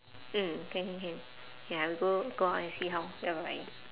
mm can can can ya we go go out and see how ya bye bye